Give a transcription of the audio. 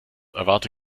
erwarte